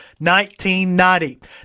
1990